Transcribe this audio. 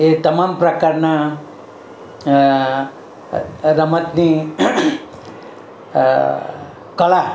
એ તમામ પ્રકારના રમતની કળા